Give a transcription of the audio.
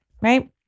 Right